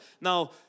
Now